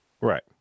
Right